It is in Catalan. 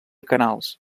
canals